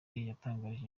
yatangarije